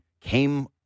came